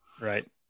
Right